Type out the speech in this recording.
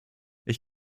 ich